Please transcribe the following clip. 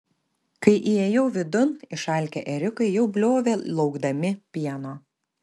kai įėjau vidun išalkę ėriukai jau bliovė laukdami pieno